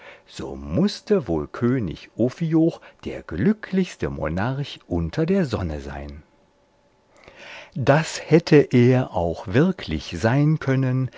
so mußte wohl könig ophioch der glücklichste monarch unter der sonne sein das hätte er auch wirklich sein können